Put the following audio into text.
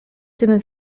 tym